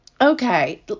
Okay